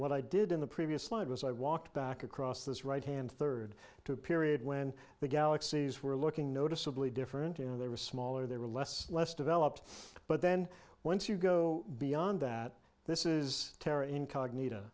what i did in the previous slide was i walked back across this right hand third to a period when the galaxies were looking noticeably different and they were smaller they were less less developed but then once you go beyond that this is terra incognit